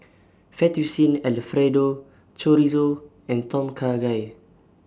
Fettuccine Alfredo Chorizo and Tom Kha Gai